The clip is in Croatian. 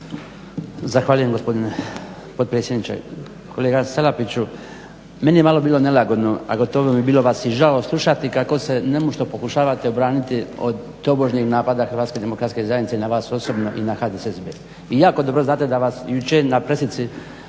Zahvaljujem gospodine potpredsjedniče. Kolega Salapiću meni je malo bilo nelagodno a pogotovo bilo mi vas je i žao slušati kako se nemušto pokušavate obraniti od tobožnjeg napada HDZ-a na vas osobno i na HDSSB. Vi jako dobro znate da vas jučer na presici